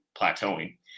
plateauing